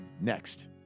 next